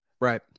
Right